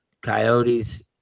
Coyotes